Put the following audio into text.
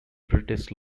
british